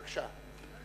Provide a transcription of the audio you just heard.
בבקשה.